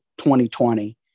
2020